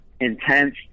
intense